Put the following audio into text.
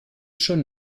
schon